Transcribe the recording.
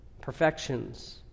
Perfections